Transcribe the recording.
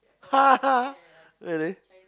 really